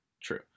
True